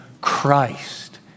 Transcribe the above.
Christ